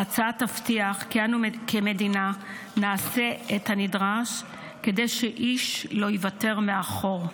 ההצעה תבטיח כי נעשה את הנדרש כמדינה כדי שאיש לא ייוותר מאחור.